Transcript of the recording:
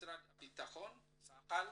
משרד הביטחון, צה"ל,